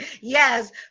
Yes